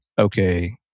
okay